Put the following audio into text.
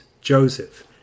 Joseph